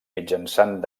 mitjançant